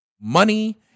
money